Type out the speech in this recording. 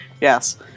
Yes